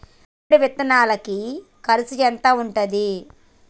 Hybrid విత్తనాలకి కరుసు ఎంత ఉంటది?